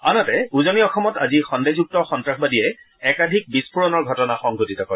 আনহাতে উজনি অসমত আজি সন্দেহযুক্ত সন্ত্ৰাসবাদীয়ে একাধিক বিস্ফোৰণৰ ঘটনা সংঘটিত কৰে